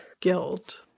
guilt